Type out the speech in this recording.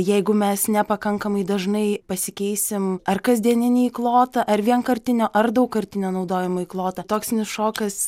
jeigu mes nepakankamai dažnai pasikeisim ar kasdieninį įklotą ar vienkartinio ar daugkartinio naudojimo įklotą toksinis šokas